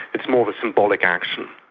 it's more of a symbolic action.